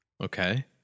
Okay